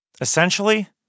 Essentially